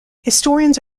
historians